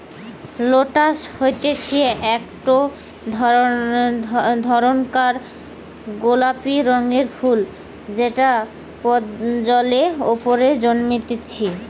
lotus হতিছে একটো ধরণকার গোলাপি রঙের ফুল যেটা জলের ওপরে জন্মতিচ্ছে